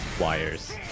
wires